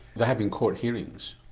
there have been court hearings?